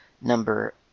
number